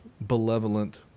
benevolent